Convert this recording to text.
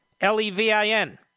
L-E-V-I-N